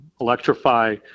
electrify